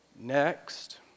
next